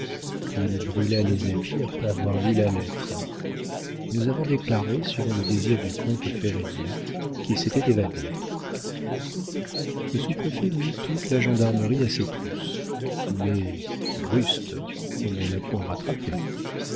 il brûla les habits après avoir lu la lettre et nous avons déclaré suivant le désir du comte férédia qu'il s'était évadé le sous-préfet mit toute la gendarmerie à ses trousses mais brust on ne l'a point rattrapé